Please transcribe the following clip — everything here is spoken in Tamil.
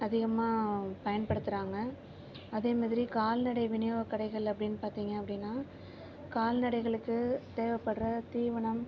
அதிகமாக பயன்படுத்துறாங்கள் அதே மாதிரி கால்நடை விநியோகக் கடைகள் அப்படின் பார்த்திங்க அப்படினா கால்நடைகளுக்கு தேவைப்படுற தீவனம்